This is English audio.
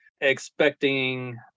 expecting